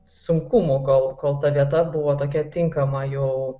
sunkumų kol kol ta vieta buvo tokia tinkama jau